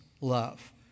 love